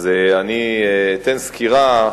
אז אני אתן סקירה.